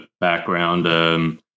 background